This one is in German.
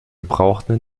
gebrauchten